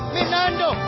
Minando